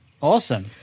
Awesome